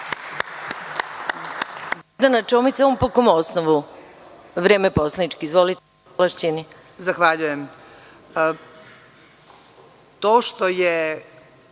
Zahvaljujem.